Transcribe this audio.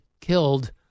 killed